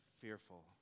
fearful